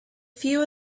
few